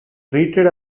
treated